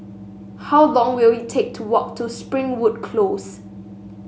how long will it take to walk to Springwood Close